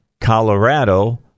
Colorado